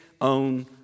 own